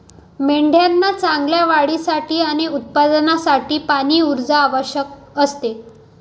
मेंढ्यांना चांगल्या वाढीसाठी आणि उत्पादनासाठी पाणी, ऊर्जा आवश्यक असते